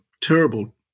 terrible